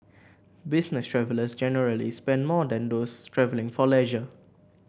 business travellers generally spend more than those travelling for leisure